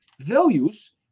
values